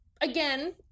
again